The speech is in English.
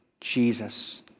Jesus